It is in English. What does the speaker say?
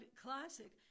classic